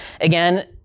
Again